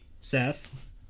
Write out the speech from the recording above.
Seth